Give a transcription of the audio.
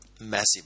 massive